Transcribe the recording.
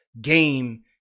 game